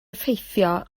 effeithio